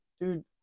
dude